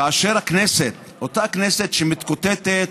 כאשר הכנסת, אותה הכנסת שמתקוטטת